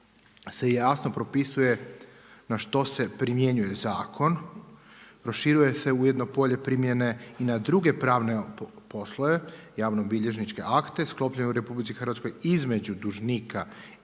se jasno propisuje na što se primjenjuje zakon, proširuje se ujedno polje primjene i na druge pravne poslove javno-bilježničke akte sklopljene u RH između dužnika